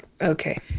Okay